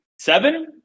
seven